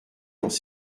dans